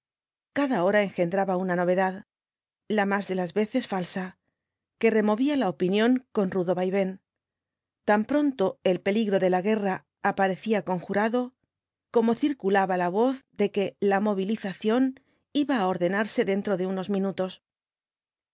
cada hora engendraba una novedad las más de las veces falsa que removía la opinión con rudo vaivén tan proato el peligro de la guerra aparecía conjurado como circulaba la voz de que la movilización iba á ordenarse dentro de unos minutos